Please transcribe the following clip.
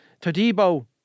Todibo